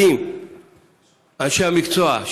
האם אנשי המקצוע,